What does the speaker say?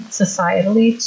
societally